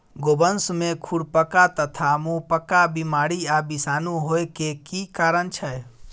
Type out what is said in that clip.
गोवंश में खुरपका तथा मुंहपका बीमारी आ विषाणु होय के की कारण छै?